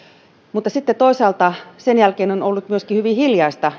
mutta sitten toisaalta sen jälkeen on ollut myöskin hyvin hiljaista